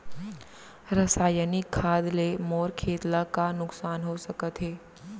रसायनिक खाद ले मोर खेत ला का नुकसान हो सकत हे?